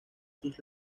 sus